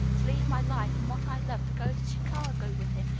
to leave my life and what i love to go to chicago with him,